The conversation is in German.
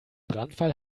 brandfall